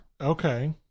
Okay